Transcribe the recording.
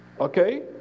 okay